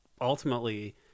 ultimately